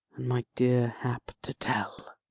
and my dear hap to tell.